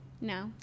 No